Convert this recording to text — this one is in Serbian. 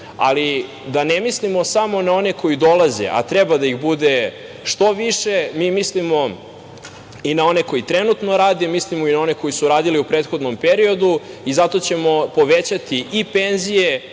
da ne mislimo samo na one koji dolaze a treba da ih bude što više, mi mislimo i na one koje trenutno rade, mislimo i na one koji su radili u prethodnom periodu i zato ćemo povećati i penzije